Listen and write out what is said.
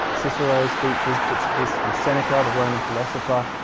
cicero speeches bits and pieces from seneca, the roman philosopher.